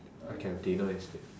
I can have dinner instead